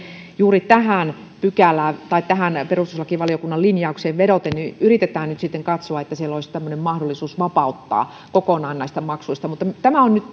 juuri tähän pykälään tai näihin perustuslakivaliokunnan linjauksiin vedoten yritetään nyt sitten katsoa että siellä olisi mahdollisuus vapauttaa kokonaan näistä maksuista mutta mutta tämä on nyt